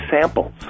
samples